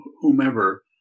whomever